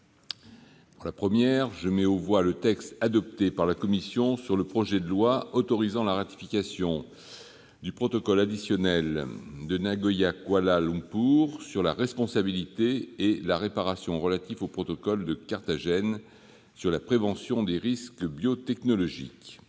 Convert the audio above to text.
aux voix. Je mets aux voix le texte adopté par la commission sur le projet de loi autorisant la ratification du protocole additionnel de Nagoya-Kuala Lumpur sur la responsabilité et la réparation relatif au protocole de Carthagène sur la prévention des risques biotechnologiques